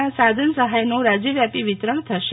ના સાધન સહાયનું રાજ્યવ્યાપી વિતરણ થશે